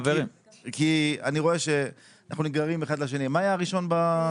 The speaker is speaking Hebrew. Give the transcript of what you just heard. אולי נתחיל בדמי